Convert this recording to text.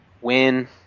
win